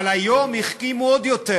אבל היום החכימו עוד יותר.